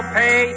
pay